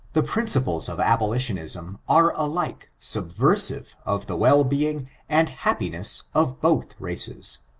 the principles of abolitionism are alike subversive of the well-being and happiness of both races.